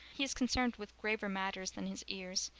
he is concerned with graver matters than his ears.